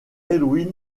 edwin